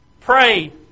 pray